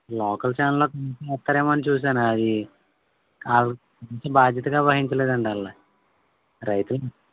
local ఛానెల్లో వేస్తారేమో అని చూసాను అది వాళ్ళు బాధ్యత వహించలేదండి వాళ్ళని రైతులు